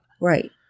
Right